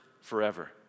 forever